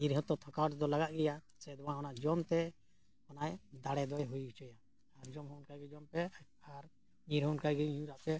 ᱧᱤᱨᱚ ᱦᱚᱸᱛᱚ ᱛᱷᱟᱠᱟᱣ ᱨᱮᱫᱚ ᱞᱟᱜᱟᱜ ᱜᱮᱭᱟ ᱥᱮ ᱫᱚ ᱚᱱᱟ ᱡᱚᱢ ᱛᱮ ᱚᱱᱟ ᱫᱟᱲᱮ ᱫᱚᱭ ᱦᱩᱭ ᱦᱚᱪᱚᱭᱟ ᱟᱨ ᱡᱚᱢ ᱦᱚᱸ ᱚᱱᱠᱟᱜᱮ ᱡᱚᱢ ᱯᱮ ᱟᱨ ᱧᱤᱨ ᱚᱱᱠᱟᱜᱮ ᱧᱤᱨᱟᱜ ᱯᱮ